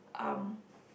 um